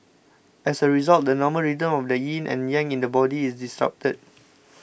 as a result the normal rhythm of the yin and yang in the body is disrupted